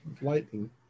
lightning